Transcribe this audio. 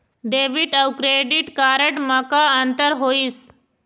Debit अऊ credit card म का अंतर होइस?